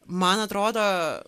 man atrodo